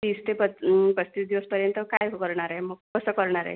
तीस ते पस् पस्तीस दिवसपर्यंत काय करणार आहे मग कसं करणार आहे